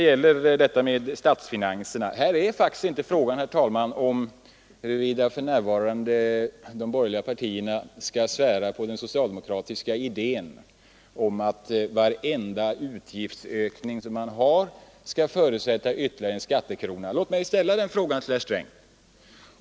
Vad sedan statsfinanserna angår är det faktiskt här inte fråga om att de borgerliga för närvarande skall svära på den socialdemokratiska idén att varenda utgiftsökning man beslutar om skall förutsätta en ytterligare skattekrona. Jag vill ställa en fråga till herr Sträng.